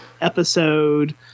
episode